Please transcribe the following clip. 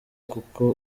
kuko